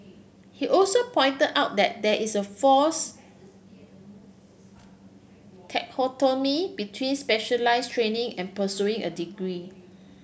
he also pointed out that there is a false between specialise training and pursuing a degree